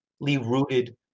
rooted